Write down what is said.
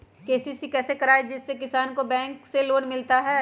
KCC कैसे कराये जिसमे किसान को बैंक से लोन मिलता है?